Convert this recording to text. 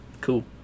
cool